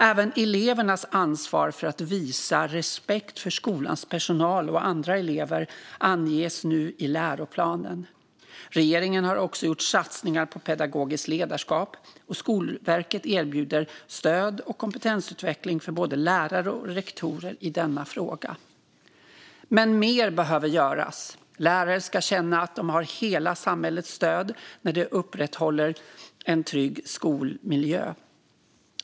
Även elevernas ansvar för att visa respekt för skolans personal och andra elever anges nu i läroplanerna. Regeringen har också gjort satsningar på pedagogiskt ledarskap, och Skolverket erbjuder stöd och kompetensutveckling för både lärare och rektorer i denna fråga. Men mer behöver göras. Lärare ska känna att de har hela samhällets stöd när de upprätthåller en trygg skolmiljö.